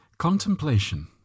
Contemplation